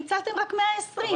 ניצלתם רק 120,000 שקלים,